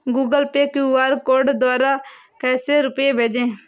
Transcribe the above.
Google Pay QR द्वारा कैसे रूपए भेजें?